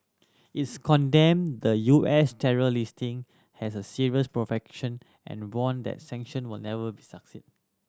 it's condemned the U S terror listing as a serious provocation and warned that sanction would never be succeed